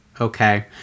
Okay